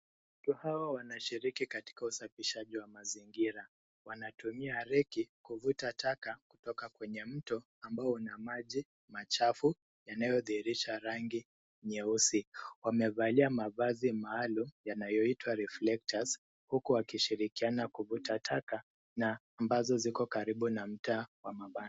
Watu hawa wanashiriki katika usafishaji wa mazingira. Wanatumia reki kuvuta taka kutoka kwenye mto ambao una maji machafu yanayodhihirisha rangi nyeusi. Wamevalia mavazi maalum yanayoitwa reflectors huku wakishirikiana kuvuta taka na ambazo ziko karibu na mtaa wa mabanda.